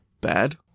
bad